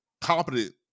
competent